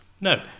No